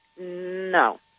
No